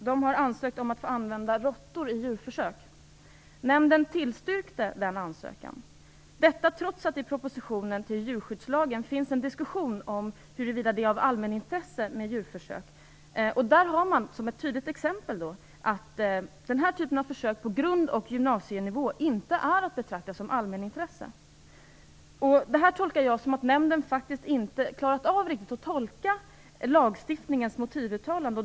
Man har där ansökt om att få använda råttor vid djurförsök. Nämnden tillstyrkte ansökan, trots att det i propositionen angående djurskyddslagen finns en diskussion om huruvida djurförsök är av allmänintresse. Som ett tydligt exempel pekar man på att den här typen av försök på grundskole och gymnasienivå inte är att betrakta som allmänintresse. Detta uppfattar jag så att nämnden faktiskt inte riktigt klarat av att tolka lagstiftningens motivuttalanden.